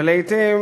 ולעתים